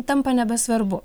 tampa nebesvarbu